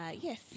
Yes